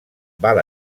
val